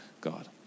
God